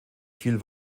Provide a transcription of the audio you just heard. viel